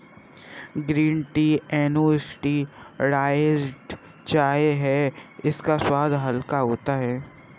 green tea unoxidised चाय है इसका स्वाद हल्का होता है